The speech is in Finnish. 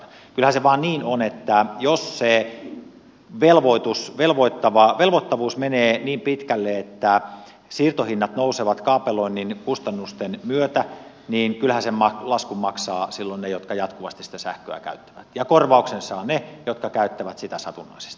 kyllähän se vain niin on että jos se velvoittavuus menee niin pitkälle että siirtohinnat nousevat kaapeloinnin kustannusten myötä niin sen laskun maksavat silloin ne jotka jatkuvasti sitä sähköä käyttävät ja korvauksen saavat ne jotka käyttävät sitä satunnaisesti